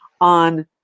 on